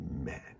Amen